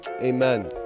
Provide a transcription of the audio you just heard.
Amen